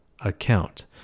account